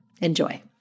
Enjoy